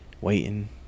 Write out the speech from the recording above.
Waiting